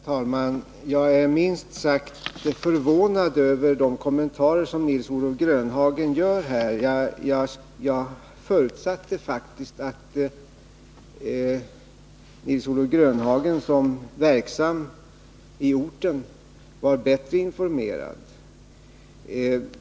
Herr talman! Jag är minst sagt förvånad över de kommentarer som Nils-Olof Grönhagen gör här. Jag förutsatte faktiskt att Nils-Olof Grönhagen såsom verksam i orten var bättre informerad.